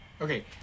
okay